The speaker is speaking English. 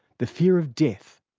the fear of death,